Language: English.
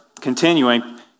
continuing